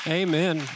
amen